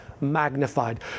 magnified